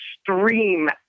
extreme